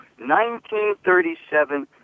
1937